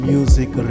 Music